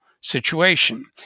situation